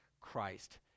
Christ